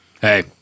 hey